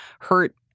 hurt